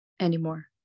anymore